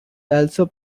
also